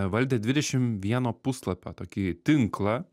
valdė dvidešimt vieno puslapio tokį tinklą